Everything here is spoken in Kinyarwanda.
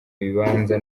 ibibanza